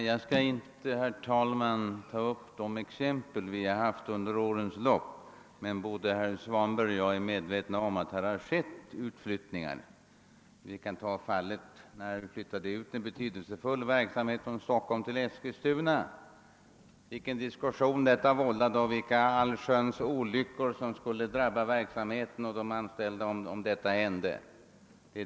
Jag skall, herr talman, inte ta upp de olika exempel som kan åberopas under årens lopp, men både herr Svanberg och jag är medvetna om att det har förekommit utflyttningar. Vi minns vilken diskussion som uppstod när en betydelsefull verksamhet flyttades från Stockholm till Eskilstuna — man utmålade vilka olyckor som skulle drabba verksamheten och de anställda om detta hände.